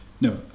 No